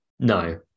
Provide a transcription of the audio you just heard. no